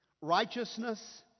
righteousness